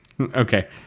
okay